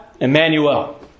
Emmanuel